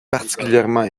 particulièrement